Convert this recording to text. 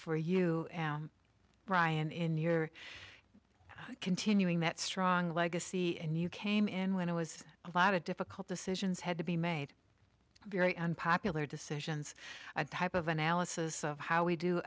for you brian in your continuing that strong legacy in you came in when it was a lot of difficult decisions had to be made very unpopular decisions a type of analysis of how we do